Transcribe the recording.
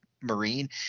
marine